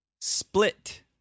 Split